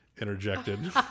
interjected